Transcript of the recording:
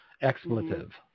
expletive